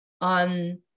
on